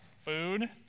Food